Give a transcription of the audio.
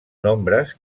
nombres